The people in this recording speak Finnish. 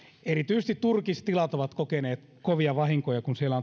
erityisesti turkistilat ovat kokeneet kovia vahinkoja kun siellä